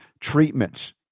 treatments